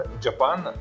Japan